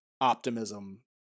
optimism